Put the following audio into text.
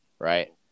Right